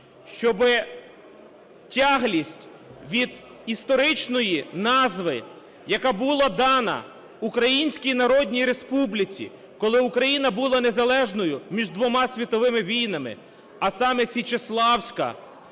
щоби тяглість від історичної назви, яка була дана Українській Народній Республіці, коли Україна була незалежною між двома світовими війнами, а саме Січеславська,